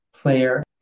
player